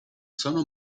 sono